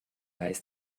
heißt